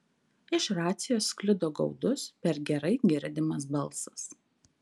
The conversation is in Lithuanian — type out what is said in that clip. iš racijos sklido gaudus per gerai girdimas balsas